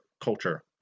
culture